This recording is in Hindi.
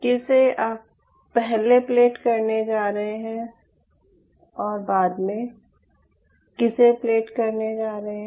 किसे आप पहले प्लेट करने जा रहे हैं और बाद में किसे प्लेट करने जा रहे हैं